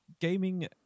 gaming